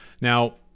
Now